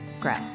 grow